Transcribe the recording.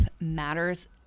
matters